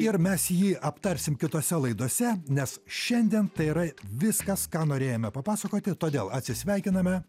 ir mes jį aptarsim kitose laidose nes šiandien tai yra viskas ką norėjome papasakoti todėl atsisveikiname